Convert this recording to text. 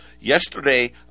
Yesterday